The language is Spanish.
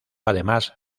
además